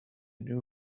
new